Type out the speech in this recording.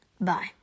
Bye